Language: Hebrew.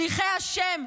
שליחי השם,